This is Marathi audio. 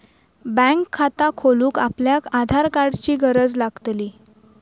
बॅन्क खाता खोलूक आपल्याक आधार कार्डाची गरज लागतली